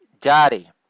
Daddy